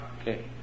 Okay